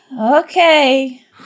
Okay